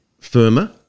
firmer